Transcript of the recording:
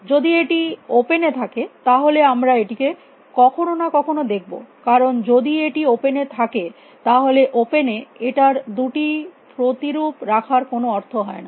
যদি এটি ওপেন থাকে তাহলে আমরা এটিকে কখনো না কখনো দেখব কারণ যদি এটি ওপেন এ থাকে তাহলে ওপেন এ এটার দুটি প্রতিরূপ রাখার কোনো অর্থ হয় না